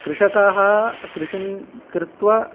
कृषकाः कृषिं कृत्वा